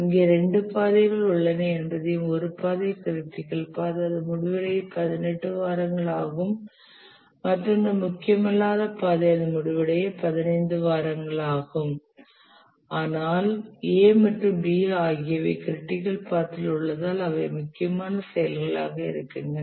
இங்கே இரண்டு பாதைகள் உள்ளன என்பதையும் ஒரு பாதை க்ரிட்டிக்கல் பாத் அது முடிவடைய 18 வாரங்கள் ஆகும் மற்றொன்று முக்கியமில்லாத பாதை அது முடிவடைய 15 வாரங்கள் ஆகும் ஆனால் A மற்றும் B ஆகியவை க்ரிட்டிக்கல் பாத்தில் உள்ளதால் அவை முக்கியமான செயல்களாக இருக்கின்றன